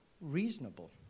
reasonable